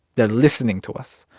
they're listening to us.